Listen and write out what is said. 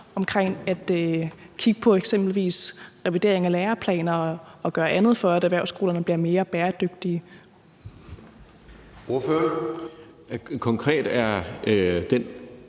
omkring at kigge på eksempelvis revidering af læreplaner og gøre andet for, at erhvervsskolerne bliver mere bæredygtige. Kl. 09:43 Formanden